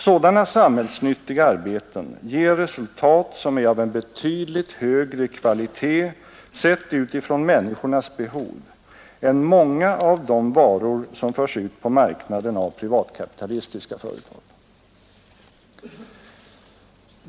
Sådana samhällsnyttiga arbeten ger resultat som är av en betydligt högre kvalitet sett utifrån människornas behov än många av de varor som förs ut på marknaden av privatkapitalistiska företag.